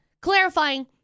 Clarifying